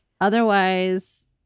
Otherwise